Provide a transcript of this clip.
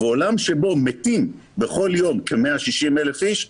ובעולם שבו מתים בכל יום כ-160,000 איש,